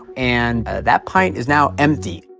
and that pint is now empty